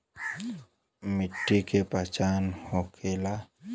मिट्टी के पहचान का होखे ला?